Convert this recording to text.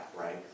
right